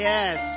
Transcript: Yes